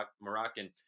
Moroccan